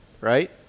right